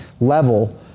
level